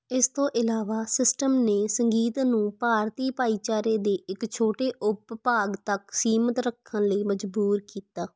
ਇਸ ਤੋਂ ਇਲਾਵਾ ਸਿਸਟਮ ਨੇ ਸੰਗੀਤ ਨੂੰ ਭਾਰਤੀ ਭਾਈਚਾਰੇ ਦੇ ਇੱਕ ਛੋਟੇ ਉਪਭਾਗ ਤੱਕ ਸੀਮਤ ਰੱਖਣ ਲਈ ਮਜਬੂਰ ਕੀਤਾ